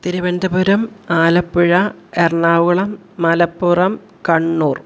Thiruvananthapuram Alappuzha Ernakulam Malappuram Kannur